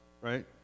right